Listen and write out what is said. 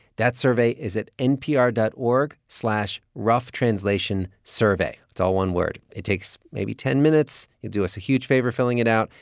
that survey is at npr dot org slash roughtranslationsurvey. it's all one word. it takes maybe ten minutes. you'll do us a huge favor filling it out.